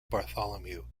bartholomew